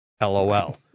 LOL